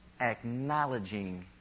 acknowledging